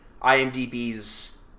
IMDb's